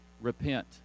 repent